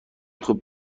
خوب